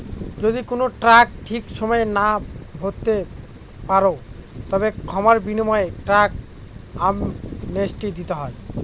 যদি কোনো ট্যাক্স ঠিক সময়ে না ভরতে পারো, তবে ক্ষমার বিনিময়ে ট্যাক্স অ্যামনেস্টি দিতে হয়